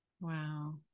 Wow